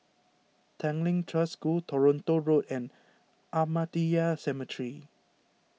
Tanglin Trust School Toronto Road and Ahmadiyya Cemetery